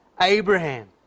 Abraham